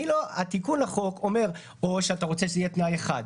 התיקון לחוק אומר או שאתה רוצה שזה יהיה אחד,